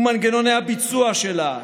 מנגנוני הביצוע שלה,